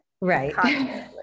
Right